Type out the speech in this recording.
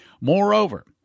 Moreover